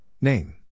Name